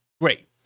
Great